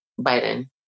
Biden